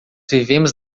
vivemos